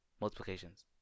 multiplications